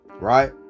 Right